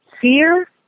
fear